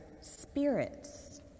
spirits